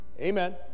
Amen